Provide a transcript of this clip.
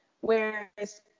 whereas